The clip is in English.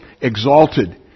exalted